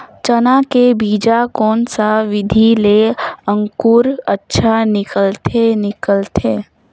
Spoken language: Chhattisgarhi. चाना के बीजा कोन सा विधि ले अंकुर अच्छा निकलथे निकलथे